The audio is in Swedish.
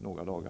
några dagar.